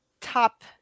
top